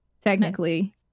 technically